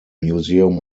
museum